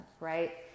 right